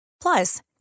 Plus